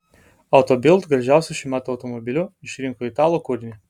auto bild gražiausiu šių metų automobiliu išrinko italų kūrinį